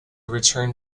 return